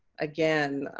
again,